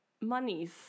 monies